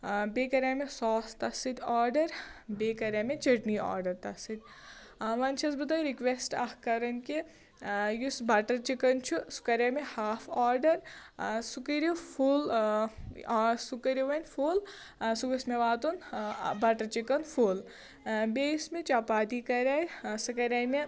آ بیٚیہِ کَریاے مےٚ سُاس تَتھ سۭتۍ آرڈَر بیٚیہِ کریاے مےٚ چیٹِنی آرَڈر تَتھ سۭتۍ آ وۅنۍ چھَس بہٕ تۄہہِ رِکویٚسٹہٕ اَکھ کران کہِ یُس بَٹَر چِکَن چھُ سُہ کریاے مےٚ ہاف آرڈَر سُہ کٔرِیو فُل آ سُہ کٔرِو وۅنۍ فُل سُہ گژھِ مےٚ واتُن آ بَٹَر چِکَن فُل بیٚیہِ یۄس مےٚ چپاتی کَریے سُہ کرے مےٚ